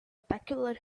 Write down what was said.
peculiar